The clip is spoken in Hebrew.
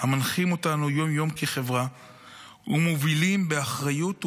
המנחים אותנו יום-יום כחברה ומובילים באחריות ובנחישות,